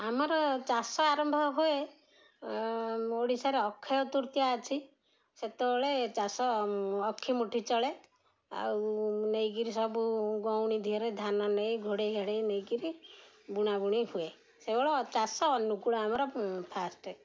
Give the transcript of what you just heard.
ଆମର ଚାଷ ଆରମ୍ଭ ହୁଏ ଓଡ଼ିଶାରେ ଅକ୍ଷୟ ତୃତୀୟ ଅଛି ସେତେବେଳେ ଚାଷ ଅକ୍ଷି ମୁଠି ଚଳେ ଆଉ ନେଇକିରି ସବୁ ଗଉଣୀ ଦିହରେ ଧାନ ନେଇ ଘୋଡ଼େଇ ଘାଡ଼େଇ ନେଇକିରି ବୁଣା ବୁଣି ହୁଏ ସେବଳ ଚାଷ ଅନୁକୂଳ ଆମର ଫାଷ୍ଟ